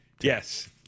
Yes